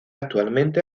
actualmente